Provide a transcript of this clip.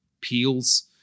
peels